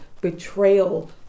Betrayal